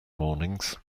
mornings